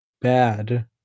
Bad